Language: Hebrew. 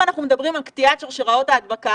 מדובר כאן על קטיעת שרשראות ההדבקה.